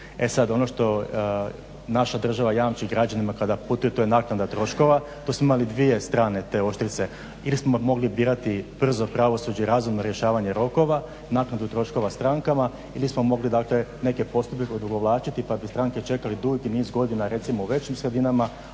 e sada ono što naša država jamči građanima kada putuju to je naknada troškova. Tu smo imali dvije strane te oštrice jer smo mogli birati brzo pravosuđe i razumno rješavanje rokova, naknadu troškova strankama ili smo mogli neke postupke odugovlačiti pa bi stranke čekali dugi niz godina recimo u većim sredinama